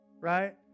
right